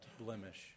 blemish